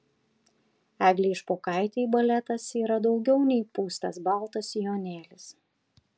eglei špokaitei baletas yra daugiau nei pūstas baltas sijonėlis